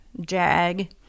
jag